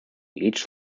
each